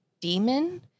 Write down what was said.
demon